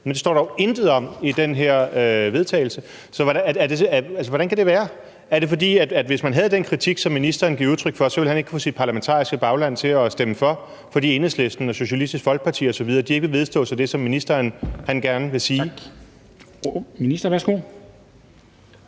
Men det står der jo intet om i det her forslag til vedtagelse. Altså, hvordan kan det være? Er det, fordi ministeren, hvis man havde den kritik, som ministeren giver udtryk for, ikke ville kunne få sit parlamentariske bagland til at stemme for, fordi Enhedslisten og Socialistisk Folkeparti osv. ikke vil vedstå sig det, som ministeren gerne vil sige? Kl. 14:45 Formanden